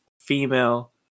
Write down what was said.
female